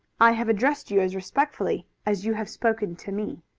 i have addressed you as respectfully as you have spoken to me.